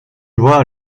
vois